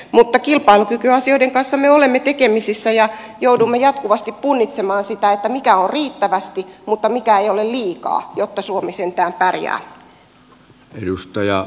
mutta kilpailukykyasioiden kanssa me olemme tekemisissä ja joudumme jatkuvasti punnitsemaan sitä mikä on riittävästi mutta mikä ei ole liikaa jotta suomi sentään pärjää